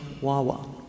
wawa